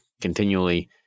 continually